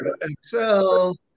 Excel